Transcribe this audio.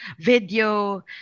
video